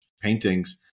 paintings